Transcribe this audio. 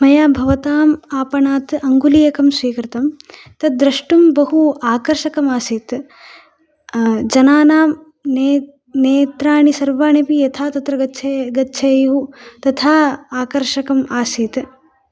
मया भवताम् आपणात् अंगुलीयकं स्वीकृतं तद् द्रष्टुं बहु आकर्षकं आसीत् जनानां नेत्राणि सर्वाणि अपि यथा तत्र गच्छेयुः तथा आकर्षकं आसीत्